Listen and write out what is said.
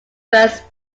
first